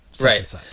Right